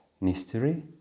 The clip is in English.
mystery